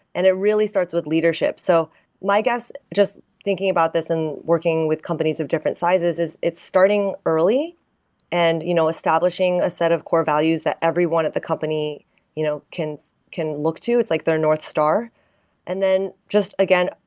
and it really starts with leadership. so my guess, just thinking about this and working with companies of different sizes is it's starting early and you know establishing a set of core values that everyone at the company you know can can look to. it's like their north star and then just again,